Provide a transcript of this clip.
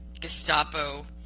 Gestapo